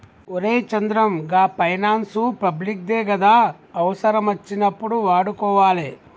ఒరే చంద్రం, గా finance public దే గదా, అవుసరమచ్చినప్పుడు వాడుకోవాలె